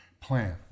plan